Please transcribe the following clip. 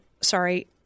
sorry